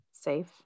safe